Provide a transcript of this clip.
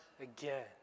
again